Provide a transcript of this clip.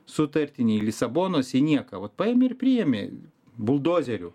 sutartį nei į lisabonos į nieką vat paėmė ir priėmė buldozeriu